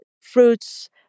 Fruits